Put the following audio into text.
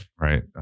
Right